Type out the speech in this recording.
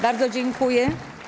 Bardzo dziękuję.